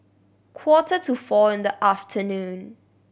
quarter to four in the afternoon